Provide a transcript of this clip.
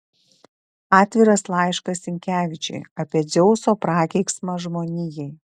atviras laiškas sinkevičiui apie dzeuso prakeiksmą žmonijai